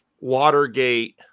Watergate